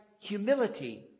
humility